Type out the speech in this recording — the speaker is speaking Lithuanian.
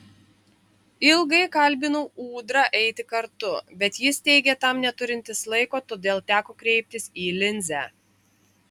ilgai kalbinau ūdrą eiti kartu bet jis teigė tam neturintis laiko todėl teko kreiptis į linzę